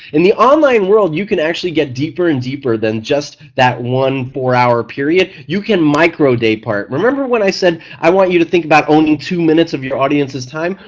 in the online world you can actually deeper and deeper than just that one four hour period. you can micro daypart. remember when i said i want you to think about owning two minutes of your audience's time.